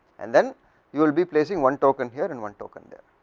and then you will be placing one token here and one token there.